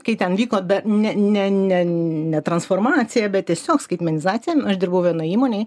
kai ten vyko be ne ne ne ne transformacija bet tiesiog skaitmenizacija aš dirbau vienoj įmonėj